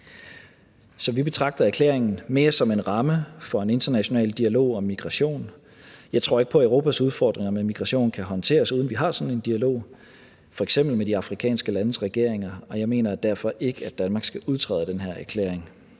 Så vi betragter erklæringen mere som en ramme for en international dialog om migration. Jeg tror ikke på, at Europas udfordringer med migration kan håndteres, uden vi har sådan en dialog, f.eks. med de afrikanske landes regeringer, og jeg mener derfor ikke, at Danmark skal udtræde af den her erklæring,